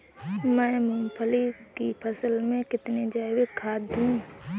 मैं मूंगफली की फसल में कितनी जैविक खाद दूं?